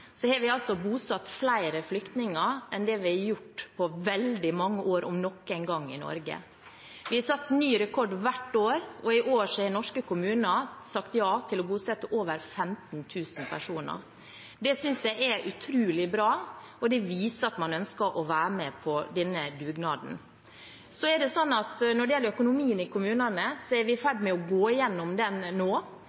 vi har gjort på veldig mange år, om noen gang, i Norge. Vi har satt ny rekord hvert år, og i år har norske kommuner sagt ja til å bosette over 15 000 personer. Det synes jeg er utrolig bra, og det viser at man ønsker å være med på denne dugnaden. Så er det sånn at når det gjelder økonomien i kommunene, er vi i